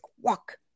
walk